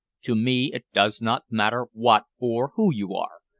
to me it does not matter what or who you are.